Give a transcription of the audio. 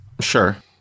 Sure